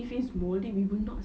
if it's mouldy we will not